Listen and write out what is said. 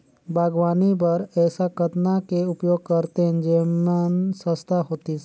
बागवानी बर ऐसा कतना के उपयोग करतेन जेमन सस्ता होतीस?